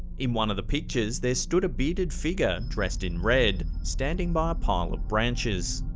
in one of the pictures, there stood a bearded figure dressed in red, standing by a pile of branches.